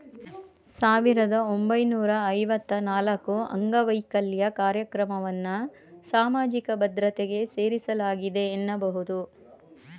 ಸಾವಿರದ ಒಂಬೈನೂರ ಐವತ್ತ ನಾಲ್ಕುಅಂಗವೈಕಲ್ಯ ಕಾರ್ಯಕ್ರಮವನ್ನ ಸಾಮಾಜಿಕ ಭದ್ರತೆಗೆ ಸೇರಿಸಲಾಗಿದೆ ಎನ್ನಬಹುದು